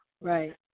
right